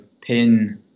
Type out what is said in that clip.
pin